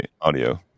audio